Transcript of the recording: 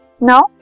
Now